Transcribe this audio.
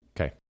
okay